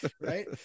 Right